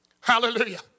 Hallelujah